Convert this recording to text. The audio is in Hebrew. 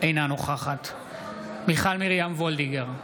אינה נוכחת מיכל מרים וולדיגר,